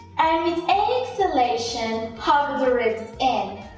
and with exhalation, hug the ribs in,